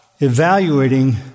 evaluating